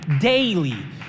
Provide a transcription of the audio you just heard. daily